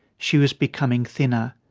she was becoming thinner.